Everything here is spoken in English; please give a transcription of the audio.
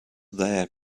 there